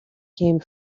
came